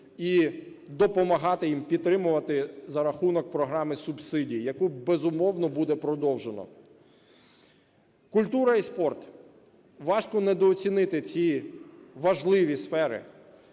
і допомагати їм, підтримувати за рахунок програми субсидій, яку безумовно, буде продовжено. Культура і спорт. Важко недооцінити ці важливі сфери.